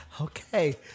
Okay